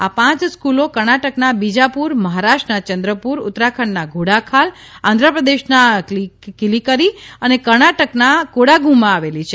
આ પાંચ સ્ક્લો કર્ણાટકના બીજાપુર મહારાષટ્રના ચંદ્રપુર ઉત્તરાખંડના ઘોડાખાલ આંધ્રપ્રદેશના કલિકીરી અને કર્ણાટકના કોડાગુમાં આવેલી છે